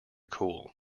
cool